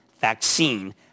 vaccine